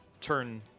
turn